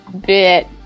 bit